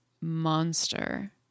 monster